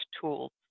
tools